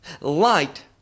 light